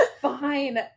fine